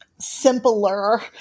Simpler